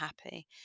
happy